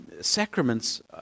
sacraments